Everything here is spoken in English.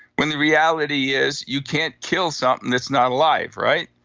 when the reality is you can't kill something that's not alive, right?